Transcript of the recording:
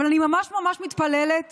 אבל אני ממש ממש מתפללת